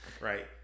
right